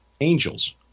angels